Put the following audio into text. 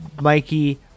Mikey